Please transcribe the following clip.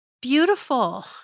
Beautiful